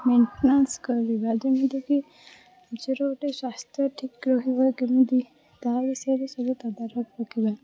maintenance କରିବା ଯେମିତିକି ନିଜର ଗୋଟେ ସ୍ୱାସ୍ଥ୍ୟ ଠିକ୍ ରହିବ କେମିତି ତା' ବିଷୟରେ ସବୁ ତଦାରଖ କରିବା